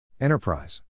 Enterprise